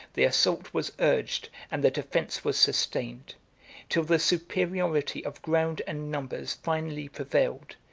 the assault was urged, and the defence was sustained till the superiority of ground and numbers finally prevailed,